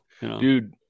dude